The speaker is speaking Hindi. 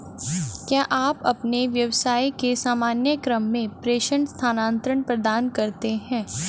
क्या आप अपने व्यवसाय के सामान्य क्रम में प्रेषण स्थानान्तरण प्रदान करते हैं?